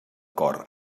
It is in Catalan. cor